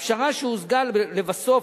הפשרה שהושגה לבסוף,